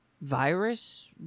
virus